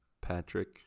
Patrick